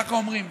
ככה אומרים.